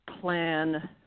plan